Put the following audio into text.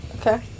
Okay